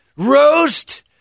Roast